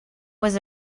was